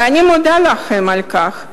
ואני מודה להם על כך,